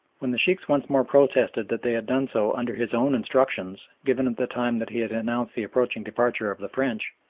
when the sheikhs once more protested that they had done so under his own instructions, given at the time that he had announced the approaching departure of the french,